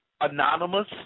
Anonymous